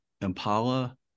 impala